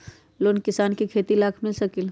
Loan किसान के खेती लाख मिल सकील?